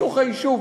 בתוך היישוב,